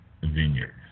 vineyard